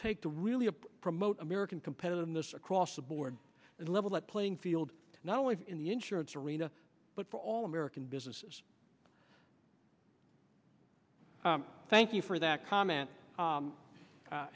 take to really of promote american competitiveness across the board and level the playing field not only in the insurance arena but for all american businesses thank you for that comment